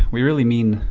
we really mean,